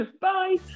bye